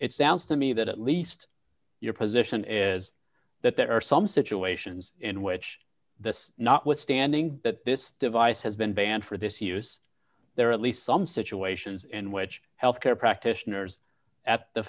it sounds to me that at least your position is that there are some situations in which this notwithstanding that this device has been banned for this use there are at least some situations in which health care practitioners at the